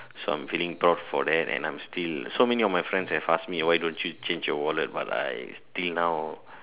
so I'm feeling proud for that and I am still so many of my friends have asked me why don't you change your wallet but I till now